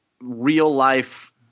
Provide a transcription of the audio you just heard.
real-life